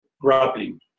Grappling